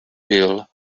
bill